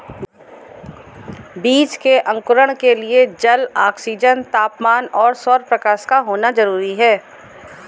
बीज के अंकुरण के लिए जल, ऑक्सीजन, तापमान और सौरप्रकाश का होना जरूरी है